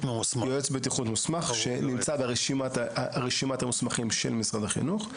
מוסמך שנמצא ברשימת המוסמכים של משרד החינוך.